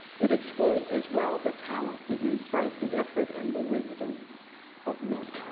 it excludes as well the talent the insight the effort and the wisdom of men.